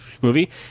movie